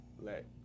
let